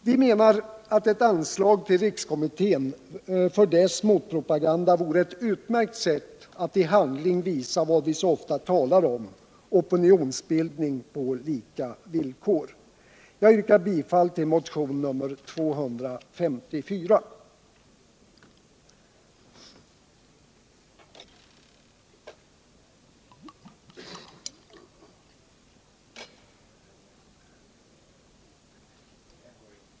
Vi menar att ett anslag till rikskommitten för dess motpropaganda vore ett utmärkt sätt att i handling främja vad vi så ofta talar om. opinionsbildning på lika villkor. Jag yrkar bifall till motionen 254.